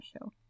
show